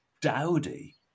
dowdy